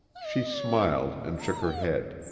she smiled and shook her head.